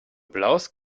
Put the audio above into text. blouse